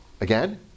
Again